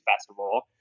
festival